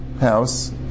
house